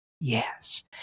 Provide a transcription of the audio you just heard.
Yes